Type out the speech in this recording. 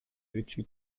vichy